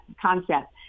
concept